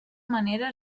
manera